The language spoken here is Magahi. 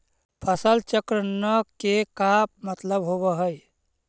फसल चक्र न के का मतलब होब है?